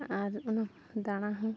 ᱟᱨ ᱚᱱᱟ ᱫᱟᱬᱟ ᱦᱚᱸ